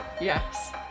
Yes